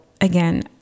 again